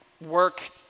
work